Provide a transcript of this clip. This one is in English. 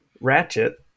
Ratchet